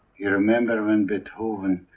yeah remember when beethoven